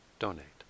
donate